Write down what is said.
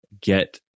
get